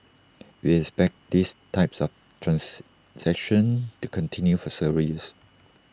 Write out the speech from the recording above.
we expect these types of transactions to continue for several years